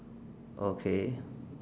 okay